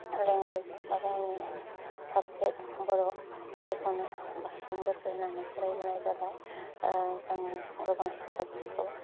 language बा गावनि subject बर' बेखौनो बांसिन गोसो होनानै फरायबोनाय जाबाय जोङो गोबां साबजेक्टखौ